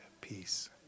peace